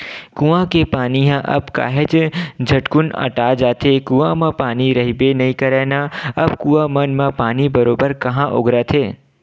कुँआ के पानी ह अब काहेच झटकुन अटा जाथे, कुँआ म पानी रहिबे नइ करय ना अब कुँआ मन म पानी बरोबर काँहा ओगरथे